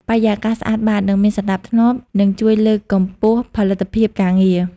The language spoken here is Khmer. បរិយាកាសស្អាតបាត និងមានសណ្ដាប់ធ្នាប់ នឹងជួយលើកកម្ពស់ផលិតភាពការងារ។